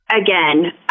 Again